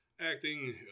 Acting